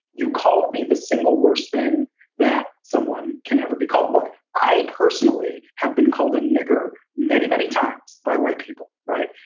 you called me the single worst thing that someone can ever be called. but i personally have been called a nigger many, many times by white people. right.